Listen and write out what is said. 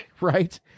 Right